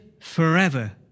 forever